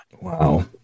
Wow